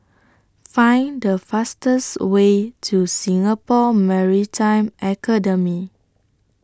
Find The fastest Way to Singapore Maritime Academy